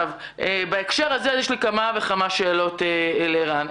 בהקשר הזה, יש לי כמה וכמה שאלות לערן.